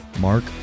Mark